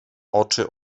oczy